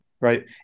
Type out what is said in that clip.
Right